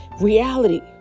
reality